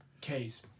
case